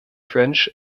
french